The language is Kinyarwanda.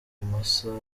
musaya